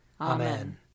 Amen